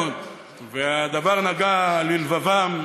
והתרגשו מאוד, והדבר נגע ללבבם,